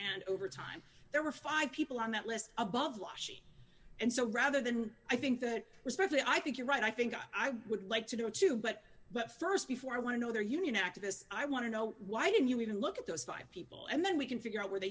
and over time there were five people on that list above washington and so rather than i think that was roughly i think you're right i think i would like to do it too but but st before i want to know their union activists i want to know why did you even look at those five people and then we can figure out where the